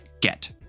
get